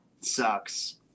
sucks